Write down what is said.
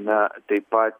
na taip pa